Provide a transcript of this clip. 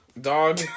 Dog